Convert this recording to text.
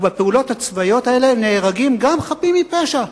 ובפעולות הצבאיות האלה נהרגים גם חפים מפשע.